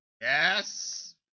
Yes